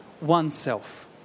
oneself